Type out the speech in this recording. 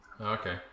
Okay